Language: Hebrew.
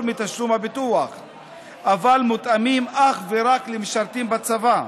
מתשלום הביטוח אבל מותאמים אך ורק למשרתים בצבא,